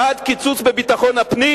בעד קיצוץ בביטחון הפנים.